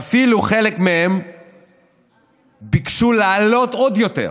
ואפילו חלק מהם ביקשו להעלות עוד יותר